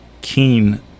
keen